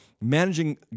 managing